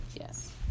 yes